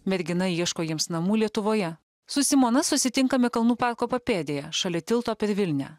mergina ieško jiems namų lietuvoje su simona susitinkame kalnų parko papėdėje šalia tilto per vilnią